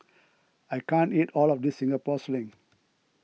I can't eat all of this Singapore Sling